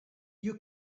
you